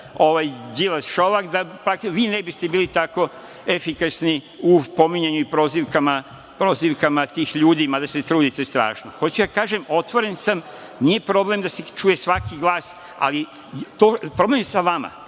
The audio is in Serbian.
usta, Đilas-Šolak, pa vi ne biste bili tako efikasni u pominjanju i prozivkama tih ljudi, mada se trudite strašno. Hoću da kažem, otvoren sam, nije problem da se čuje svaki glas, ali problem je sa vama,